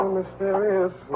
mysterious